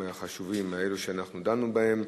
הנושאים החשובים האלה שדנו בהם.